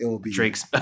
Drake's